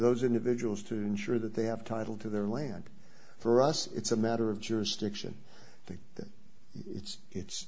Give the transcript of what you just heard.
those individuals to ensure that they have title to their land for us it's a matter of jurisdiction to them it's it's